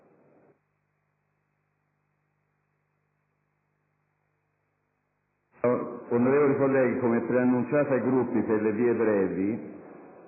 Onorevoli colleghi, come preannunciato ai Gruppi per le vie brevi,